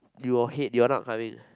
your head you are not coming